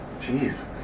Jesus